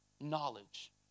knowledge